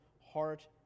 heart